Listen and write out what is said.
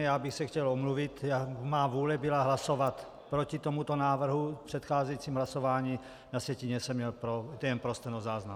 Já bych se chtěl omluvit, má vůle byla hlasovat proti tomuto návrhu v předcházejícím hlasování, na sjetině jsem měl pro, to jen pro stenozáznam.